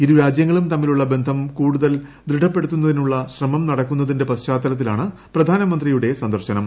ഇരു രാജൃങ്ങളും തമ്മിലുളള ബന്ധം കൂടുതൽ ദൃഢപ്പെടുത്തുന്നതിനുളള ശ്രമം നടക്കുന്നതിന്റെ പശ്ചാത്തലത്തിലാണ് പ്രധാനമന്ത്രിയുടെ സന്ദർശനം